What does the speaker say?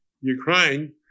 Ukraine